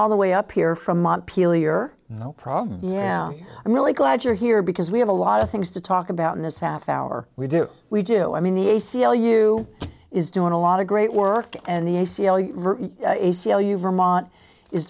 all the way up here from montpelier no problem yeah i'm really glad you're here because we have a lot of things to talk about in this half hour we do we do i mean the a c l u is doing a lot of great work and the a c l u a c l u vermont is